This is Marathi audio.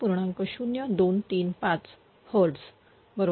0235 Hz बरोबर